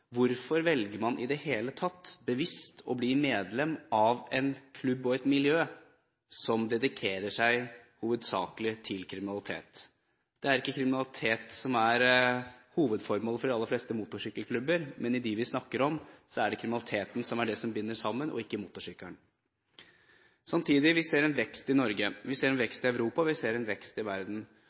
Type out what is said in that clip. Hvorfor velger man i det hele tatt bevisst å bli medlem av en klubb og et miljø som dedikerer seg hovedsakelig til kriminalitet? Det er ikke kriminalitet som er hovedformålet for de aller fleste motorsykkelklubber, men i de vi snakker om, er det kriminaliteten som er det som binder sammen og ikke motorsykkelen. Samtidig ser vi en vekst i Norge, vi ser en vekst i Europa, vi ser en vekst i verden